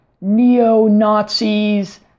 neo-Nazis